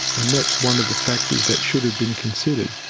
and that's one of the factors that should have been considered.